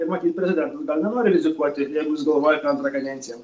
ir matyt prezidentas dar nenori rizikuoti ir jeigu jis galvoja apie antrą kadenciją